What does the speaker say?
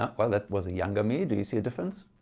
um well that was a younger me. do you see a difference?